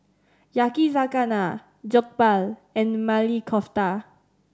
Yakizakana Jokbal and Maili Kofta